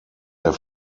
der